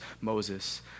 Moses